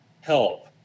help